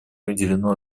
уделено